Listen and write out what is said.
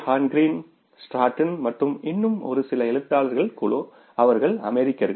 horn Green Stratton மற்றும் இன்னும் ஒரு எழுத்தாளர்களின் குழு அவர்கள் அமெரிக்கர்கள்